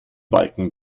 balken